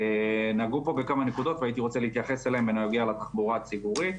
נגעו פה בכמה נקודות והייתי רוצה להתייחס אליהן בנוגע לתחבורה הציבורית.